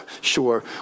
sure